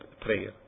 prayer